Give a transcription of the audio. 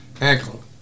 ankle